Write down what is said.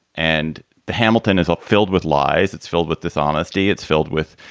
and the hamilton is all filled with lies. it's filled with dishonesty. it's filled with,